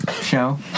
show